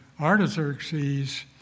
Artaxerxes